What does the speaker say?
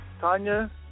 Tanya